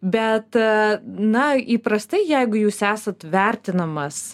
bet na įprastai jeigu jūs esat vertinamas